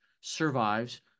survives